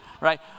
right